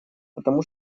потому